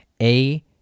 A-